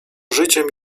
życiem